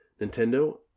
Nintendo